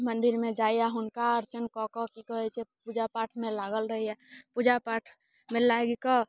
मंदिरमे जाइया हुनका अर्चन कऽ के की कहैत छै पूजा पाठमे लागल रहैया पूजा पाठमे लागि कऽ